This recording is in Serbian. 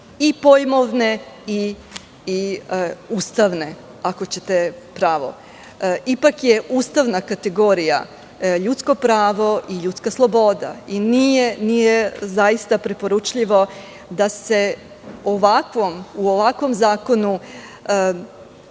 i pojmovne i ustavne, ako ćete pravo. Ipak je ustavna kategorija ljudsko pravo i ljudska sloboda. Zaista nije preporučljivo da se u ovakvom zakonu